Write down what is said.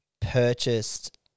purchased